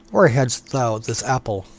where hadst thou this apple?